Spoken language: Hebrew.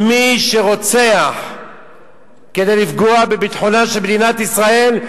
מי שרוצח כדי לפגוע בביטחונה של מדינת ישראל,